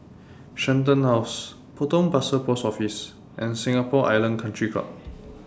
Shenton House Potong Pasir Post Office and Singapore Island Country Club